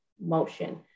motion